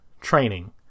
training